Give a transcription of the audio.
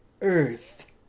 Earth